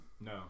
No